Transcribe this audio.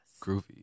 Groovy